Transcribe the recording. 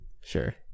Sure